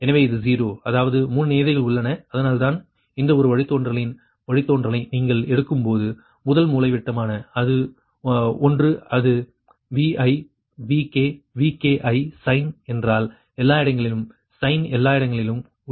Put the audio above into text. எனவே இது 0 அதாவது 3 நியதிகள் உள்ளன அதனால்தான் இந்த ஒரு வழித்தோன்றலின் வழித்தோன்றலை நீங்கள் எடுக்கும்போது ஒரு மூலைவிட்டமான ஒன்று அது Vi Vk Yki சைன் ஏனென்றால் எல்லா இடங்களிலும் சைன் எல்லா இடங்களிலும் சைன் உள்ளது